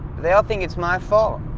they all think it's my fault.